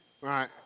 Right